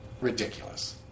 ridiculous